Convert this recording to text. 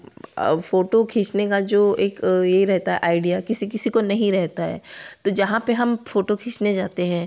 photo खींचने का जो एक यह रहता है आइडीअ वह हर किसी को नहीं रहता है जहाँ पर हम फ़ोटो खींचने जाते हैं